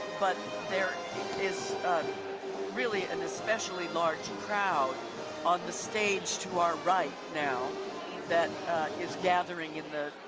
but there is really an especially large and crowd on the stage to our right now that is gathering in the